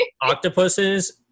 Octopuses